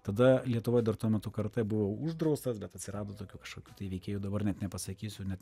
tada lietuvoj dar tuo metu karatė buvau uždraustas bet atsirado tokių kažkokių tai veikėjų dabar net nepasakysiu net